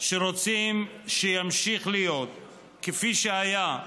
שרוצים שימשיך להיות כפי שהיה,